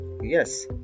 Yes